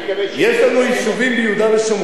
יש לנו יישובים ביהודה ושומרון,